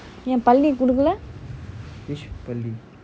உன் பள்ளி குடுக்கல:un palli kudukkala